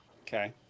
okay